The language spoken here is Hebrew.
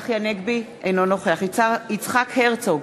אינו נוכח יצחק הרצוג,